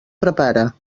prepara